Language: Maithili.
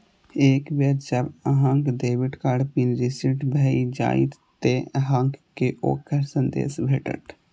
एक बेर जब अहांक डेबिट कार्ड पिन रीसेट भए जाएत, ते अहांक कें ओकर संदेश भेटत